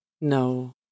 No